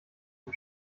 dem